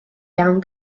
iawn